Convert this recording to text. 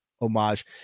homage